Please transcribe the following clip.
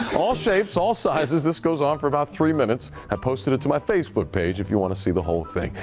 all shapes, all sizes. this goes on for about three minutes. i posted it to my facebook page if you want to sea the whole thing.